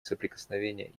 соприкосновения